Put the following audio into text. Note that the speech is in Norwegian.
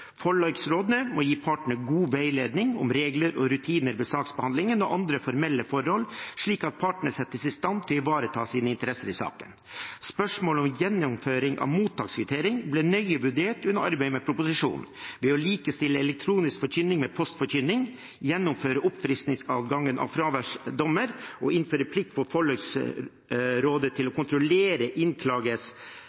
Forliksrådene må gi partene god veiledning om regler og rutiner ved saksbehandlingen og andre formelle forhold, slik at partene settes i stand til å ivareta sine interesser i saken. Spørsmål om gjennomføring av mottakskvittering ble nøye vurdert under arbeidet med proposisjonen. Ved å likestille elektronisk forkynning med postforkynning, gjennomføre adgangen til oppfriskning av fraværsdommer og innføre plikt for forliksrådene til å